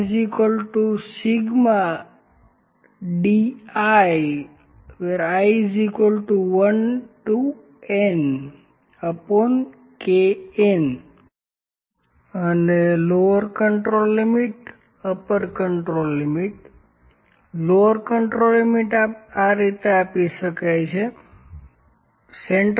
p i1nDikn અને lower અને upper control limit lower control limit આ રીતે આપી શકાય છે C